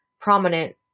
prominent